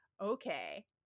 Okay